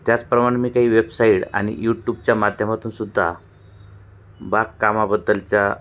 त्याचप्रमाणं मी काही वेबसाईड आणि यूट्यूबच्या माध्यमातून सुद्धा बागकामाबद्दलच्या